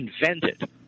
invented